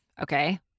Okay